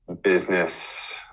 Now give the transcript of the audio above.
business